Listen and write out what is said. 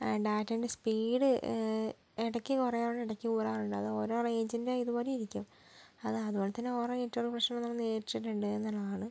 ഡാറ്റാൻ്റെ speed ഇടയ്ക്ക് കുറയാറുണ്ട് ഇടയ്ക്ക് കൂടാറുണ്ട് അത് ഓരോ റേഞ്ചിൻ്റെ ഇതുപോലെ ഇരിക്കും അത് അതുപോലെ തന്നെ ഓരോ നെറ്റ് വർക്ക് പ്രശ്നം വന്ന് ആണ്